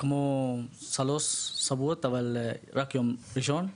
כמו שלוש שבועות, אבל רק יום ראשון.